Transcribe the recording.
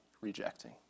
rejecting